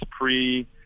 pre